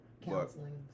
Counseling